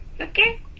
Okay